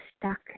stuck